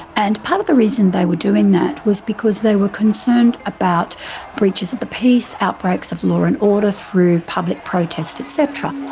and part of the reason they were doing that was because they were concerned about breaches of the peace, outbreaks of law and order through public protest etc.